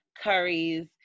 curries